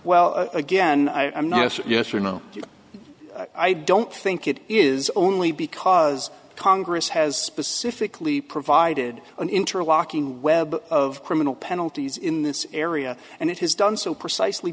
well again i am not yes or no i don't think it is only because congress has specifically provided an interlocking web of criminal penalties in this area and it has done so precisely